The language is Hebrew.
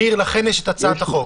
ניר, לכן באה הצעת החוק.